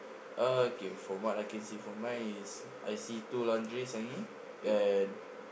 okay from what I can see from mine is I see two laundries hanging and